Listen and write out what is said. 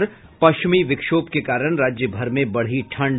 और पश्चिमी विक्षोभ के कारण राज्य भर में बढ़ी ठंड